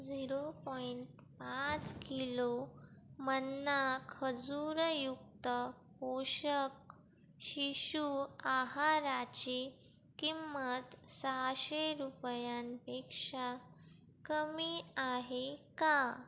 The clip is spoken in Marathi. झिरो पॉइंट पाच किलो मन्ना खजूर युक्त पोषक शिशु आहाराची किंमत सहाशे रुपयांपेक्षा कमी आहे का